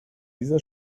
dieser